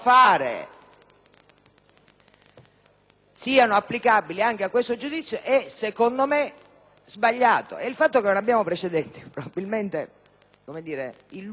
sia applicabile anche a questo giudizio secondo me è sbagliato. Il fatto che non abbiamo precedenti probabilmente illumina